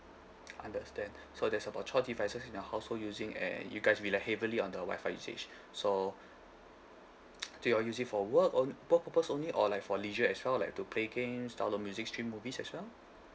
I understand so there's about twelve devices in your household using and you guys be like heavily on the wifi usage so do y'all use it for work work purpose only or like for leisure as well like to play games download music stream movies as well